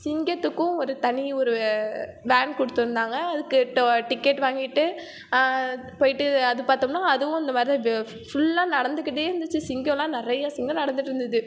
சிங்கத்துக்கும் ஒரு தனி ஒரு வேன் கொடுத்திருந்தாங்க அதுக்கு டிக்கெட் வாங்கிட்டு போயிட்டு அது பார்த்தோம்னா அதுவும் இந்த மாதிரி ஃபுல்லாக நடந்துகிட்டே இருந்துச்சு சிங்கம்லாம் நிறைய சிங்கம் நடந்துட்டு இருந்தது